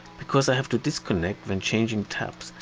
because i have to disconnect when changing taps,